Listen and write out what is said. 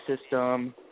system